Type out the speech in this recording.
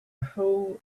whole